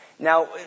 Now